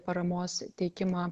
paramos teikimą